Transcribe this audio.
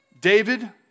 David